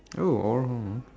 oh all